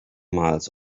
miles